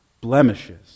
blemishes